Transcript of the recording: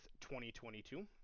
2022